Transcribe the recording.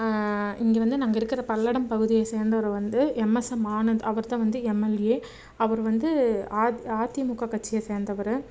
இங்கே வந்து நாங்கள் இருக்கிற பல்லடம் பகுதியை சேர்ந்தவர் வந்து எம்எஸ்எம் ஆனந்த் அவர் தான் வந்து எம்எல்ஏ அவர் வந்து ஆத் அதிமுக கட்சியை சேர்ந்தவரு